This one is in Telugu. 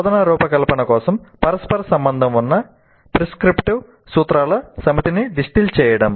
బోధనా రూపకల్పన కోసం పరస్పర సంబంధం ఉన్న ప్రిస్క్రిప్టివ్ సూత్రాల సమితిని డిస్టిల్ చేయండి